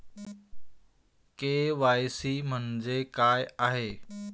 KYC म्हणजे काय आहे?